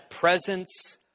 presence